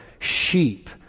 sheep